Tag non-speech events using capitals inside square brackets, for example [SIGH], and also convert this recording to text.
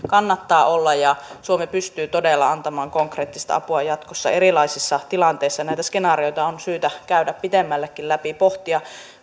[UNINTELLIGIBLE] kannattaa olla ja suomi pystyy todella antamaan konkreettista apua jatkossa erilaisissa tilanteissa näitä skenaarioita on syytä käydä pitemmällekin läpi pohtia